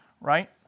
Right